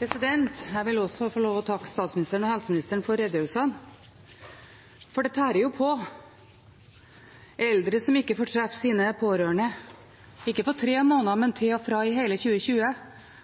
Jeg vil også få lov til å takke statsministeren og helseministeren for redegjørelsene, for det tærer jo på – for eldre som ikke får treffe sine pårørende, ikke på tre måneder, men til og fra i hele 2020,